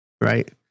right